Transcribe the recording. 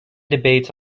debates